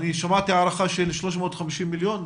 שמעתי הערכה של 350 מיליון.